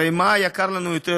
הרי מה יקר לנו יותר,